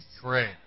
Great